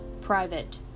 Private